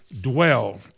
dwell